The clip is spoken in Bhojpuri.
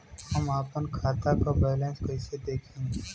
हम आपन खाता क बैलेंस कईसे देखी?